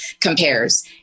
compares